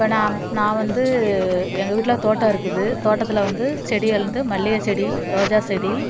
இப்போ நான் நான் வந்து எங்கள் வீட்டில் தோட்டம் இருக்குது தோட்டத்தில் வந்து செடி வந்து மல்லிகை செடி ரோஜா செடி